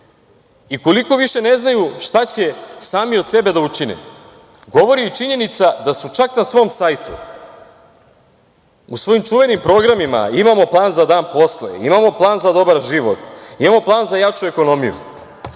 i koliko više ne znaju šta će sami od sebe da učine, govori i činjenica da su čak na svom sajtu, u svojim čuvenim programima „Imamo plan za dan posle“, „Imamo plan za dobar život“, „Imamo plan za jaču ekonomiju“,